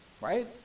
Right